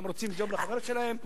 הם רוצים ג'וב לחברים שלהם,